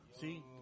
See